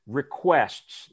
requests